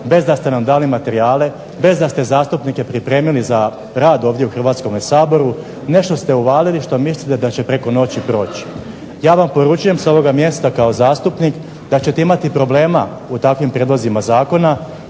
bez da ste nam dali materijale, bez da ste zastupnike pripremili za rad ovdje u Hrvatskome saboru, nešto ste uvalili što mislite da će preko noći proći. Ja vam poručujem sa ovoga mjesta kao zastupnik da ćete imati problema u takvim prijedlozima zakona